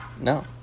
No